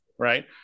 Right